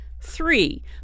Three